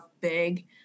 Big